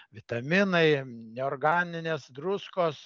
vitaminai neorganinės druskos